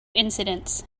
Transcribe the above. incidents